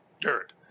dirt